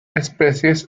especies